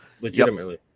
legitimately